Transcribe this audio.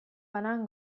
banan